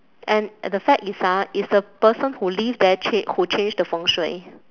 and the fact is ah is the person who live there cha~ who changed the 风水